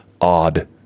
odd